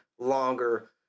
longer